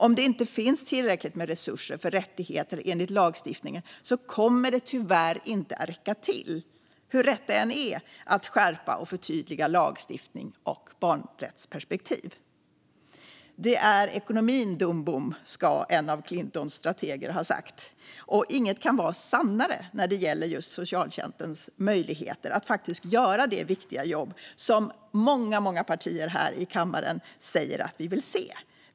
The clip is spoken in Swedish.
Om det inte finns tillräckligt med resurser för att bevaka rättigheter enligt lagstiftningen kommer det tyvärr inte att räcka till att skärpa och förtydliga lagstiftning och barnrättsperspektiv, hur rätt det än är. "Det är ekonomin, dumbom", ska en av Clintons strateger ha sagt. Inget kan vara sannare när det gäller just socialtjänstens möjligheter att faktiskt göra det viktiga jobb som många, många partier här i kammaren säger att vi vill se.